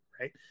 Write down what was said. right